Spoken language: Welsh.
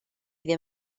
ddim